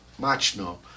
Machno